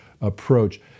approach